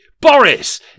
Boris